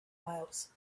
miles